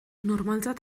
normaltzat